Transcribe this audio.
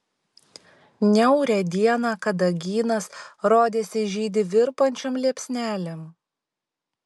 niaurią dieną kadagynas rodėsi žydi virpančiom liepsnelėm